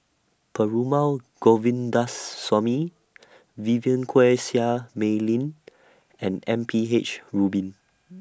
Perumal Govindaswamy Vivien Quahe Seah Mei Lin and M P H Rubin